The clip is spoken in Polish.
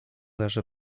leży